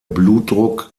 blutdruck